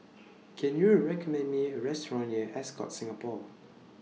Can YOU recommend Me A Restaurant near Ascott Singapore